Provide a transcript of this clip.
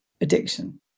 addiction